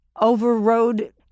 overrode